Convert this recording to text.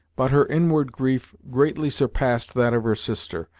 but her inward grief greatly surpassed that of her sister,